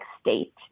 state